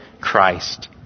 Christ